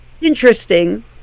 interesting